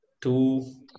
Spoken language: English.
two